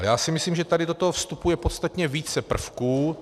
A já si myslím, že tady do toho vstupuje podstatně více prvků.